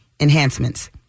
enhancements